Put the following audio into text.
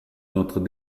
notre